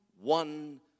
one